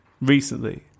recently